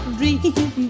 dream